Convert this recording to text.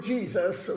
Jesus